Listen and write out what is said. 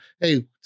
Hey